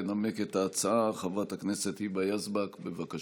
תנמק את ההצעה חברת הכנסת היבה יזבק, בבקשה.